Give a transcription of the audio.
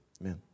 Amen